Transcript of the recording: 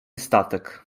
statek